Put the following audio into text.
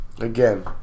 Again